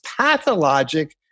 pathologic